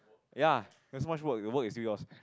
ya it's much work the work is yours